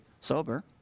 sober